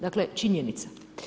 Dakle, činjenica.